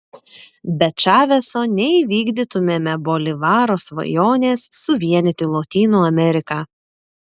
be čaveso neįvykdytumėme bolivaro svajonės suvienyti lotynų ameriką